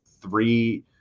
three